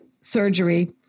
surgery